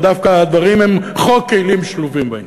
ודווקא הדברים הם חוק כלים שלובים.